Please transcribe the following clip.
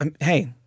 hey